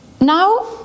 Now